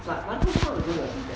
but 馒头 know how to go to the pee pad